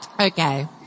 Okay